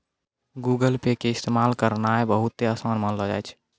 Google Pay के इस्तेमाल करनाय बहुते असान मानलो जाय छै